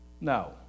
No